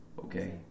Okay